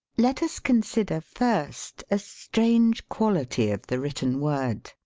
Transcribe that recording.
let us consider, first, a strange quality of the written word.